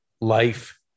life